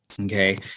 okay